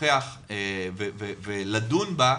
לשוחח ולדון בה,